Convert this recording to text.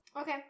okay